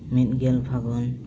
ᱢᱤᱫᱜᱮᱞ ᱯᱷᱟᱹᱜᱩᱱ